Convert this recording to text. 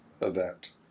event